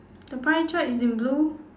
the pie chart is in blue